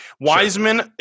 Wiseman